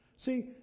See